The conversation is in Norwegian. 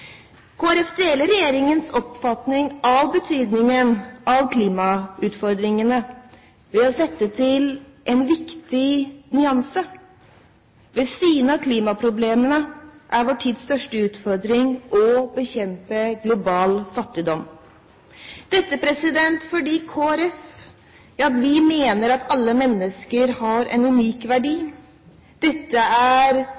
Folkeparti deler regjeringens oppfatning av betydningen av klimautfordringene ved å sette til en viktig nyanse: Ved siden av klimaproblemene er vår tids største utfordring å bekjempe global fattigdom, fordi Kristelig Folkeparti mener at alle mennesker har en